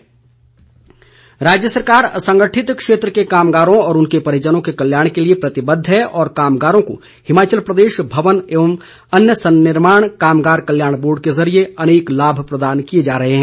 बिक्रम सिंह राज्य सरकार असंगठित क्षेत्र के कामगारों व उनके परिजनों के कल्याण के लिए प्रतिबद्ध है और कामगारों को हिमाचल प्रदेश भवन एवं अन्य सन्निर्माण कामगार कल्याण बोर्ड के जरिए अनेक लाभ प्रदान किए जा रहे हैं